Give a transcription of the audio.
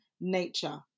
nature